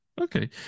Okay